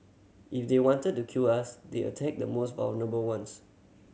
if they wanted to kill us they attack the most vulnerable ones